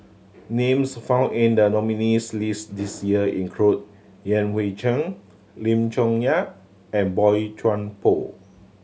names found in the nominees' list this year include Yan Hui Chang Lim Chong Yah and Boey Chuan Poh